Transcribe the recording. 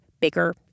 bigger